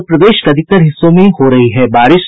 और प्रदेश के अधिकतर हिस्सों में हो रही है बारिश